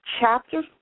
Chapter